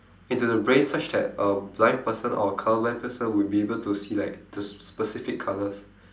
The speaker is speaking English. into the brain such that a blind person or a colour blind person would be able to see like the s~ specific colours